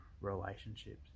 relationships